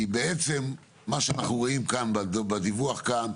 כי בעצם מה ששמענו בדיווח כאן,